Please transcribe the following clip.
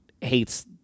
hates